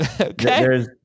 Okay